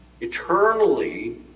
Eternally